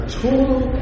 total